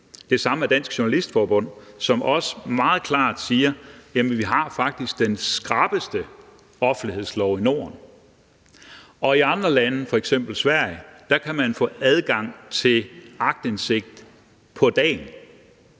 Det samme er Dansk Journalistforbund, som også meget klart siger, at vi faktisk har den skrappeste offentlighedslov i Norden. I andre lande, f.eks. Sverige, kan man få adgang til aktindsigt på dagen,